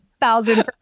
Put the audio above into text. thousand